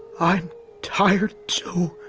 i'm tired too.